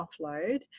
offload